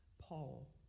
Paul